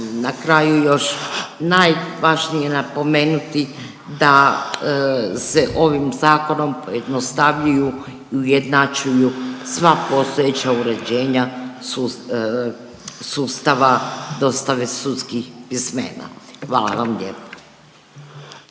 na kraju još najvažnije napomenuti da se ovim zakonom pojednostavljuju i ujednačuju sva postojeća uređenja sustava dostave sudskih pismena. Hvala vam lijepa.